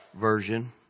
version